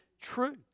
true